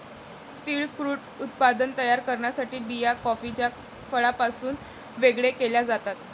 स्थिर क्रूड उत्पादन तयार करण्यासाठी बिया कॉफीच्या फळापासून वेगळे केल्या जातात